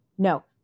No